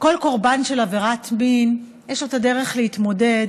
כל קורבן של עבירת מין יש לו את הדרך להתמודד